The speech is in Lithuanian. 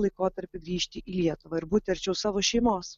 laikotarpį grįžti į lietuvą ir būti arčiau savo šeimos